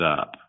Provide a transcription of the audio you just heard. up